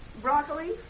Broccoli